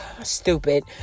stupid